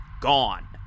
Gone